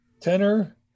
tenor